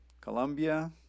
Colombia